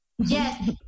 Yes